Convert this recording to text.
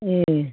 एह